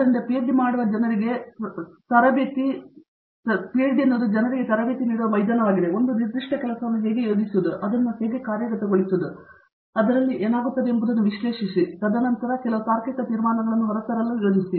ಆದ್ದರಿಂದ ಪಿಎಚ್ಡಿ ನಾವು ಜನರಿಗೆ ತರಬೇತಿ ನೀಡುವ ಮೈದಾನವಾಗಿದೆ ಒಂದು ನಿರ್ದಿಷ್ಟ ಕೆಲಸವನ್ನು ಹೇಗೆ ಯೋಜಿಸುವುದು ಮತ್ತು ಅದನ್ನು ಕಾರ್ಯಗತಗೊಳಿಸುವುದು ಅದರಲ್ಲಿ ಏನಾಗುತ್ತದೆ ಎಂಬುದನ್ನು ವಿಶ್ಲೇಷಿಸಿ ತದನಂತರ ಅದರಲ್ಲಿ ಕೆಲವು ತಾರ್ಕಿಕ ತೀರ್ಮಾನಗಳನ್ನು ಹೊರತರಲು ಯೋಜಿಸಿ